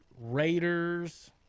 Raiders